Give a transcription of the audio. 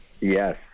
Yes